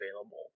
available